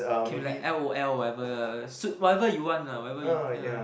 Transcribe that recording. can be like l_o_l whatever suit whatever you want lah whatever you ya